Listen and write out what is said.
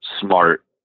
smart